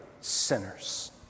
sinners